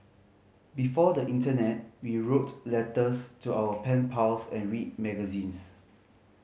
before the internet we wrote letters to our pen pals and read magazines